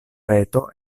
reto